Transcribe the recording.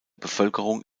bevölkerung